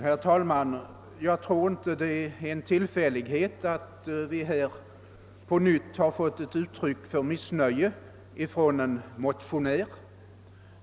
Herr talman! Jag tror inte att det är en tillfällighet att vi på nytt har fått ett uttryck för missnöje från en motionär.